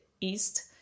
east